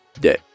day